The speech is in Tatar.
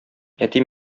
әти